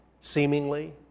seemingly